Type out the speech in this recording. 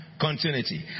continuity